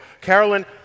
Carolyn